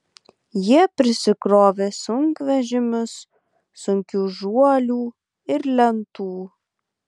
jie prisikrovė sunkvežimius sunkių žuolių ir lentų